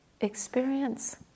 experience